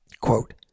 quote